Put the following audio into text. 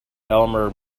elmer